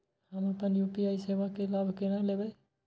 हम अपन यू.पी.आई सेवा के लाभ केना लैब?